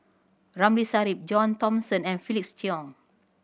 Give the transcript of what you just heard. Ramli Sarip John Thomson and Felix Cheong